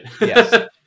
Yes